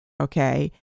okay